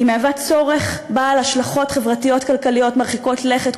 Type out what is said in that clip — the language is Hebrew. היא מהווה צורך בעל השלכות חברתיות-כלכליות מרחיקות לכת,